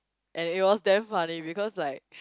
and it was damn funny because like